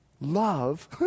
Love